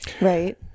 right